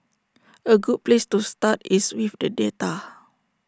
A good place to start is with the data